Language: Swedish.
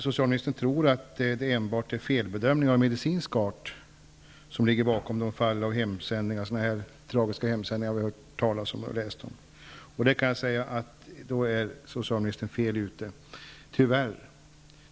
Socialministern tror att det enbart är felbedömningar av medicinsk art som ligger bakom de tragiska fall med hemsändning som vi har hört talas om. Då är socialministern fel ute -- tyvärr.